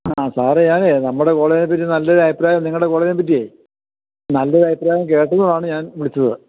ആ സാറേ ഞാൻ നമ്മുടെ കോളേജിനെ പറ്റി നല്ലൊരു അഭിപ്രായം നിങ്ങളുടെ കോളേജിനെ പറ്റിയെ നല്ലൊരു അഭിപ്രായം കേട്ടതുകൊണ്ടാണ് ഞാന് വിളിച്ചത്